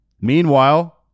Meanwhile